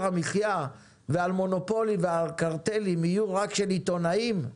המחיה ועל מונופולים ועל קרטלים יהיו רק של עיתונאים?